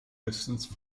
distance